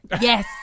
yes